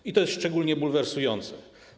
I to jest szczególnie bulwersujące.